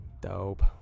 Dope